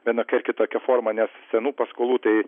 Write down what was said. vienokia ar kitokia forma nes senų paskolų tai